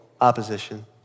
opposition